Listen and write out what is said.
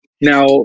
Now